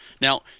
Now